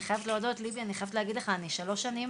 ליבי, אני חייבת להגיד לך, אני שלוש שנים